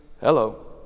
hello